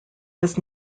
was